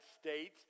States